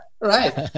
right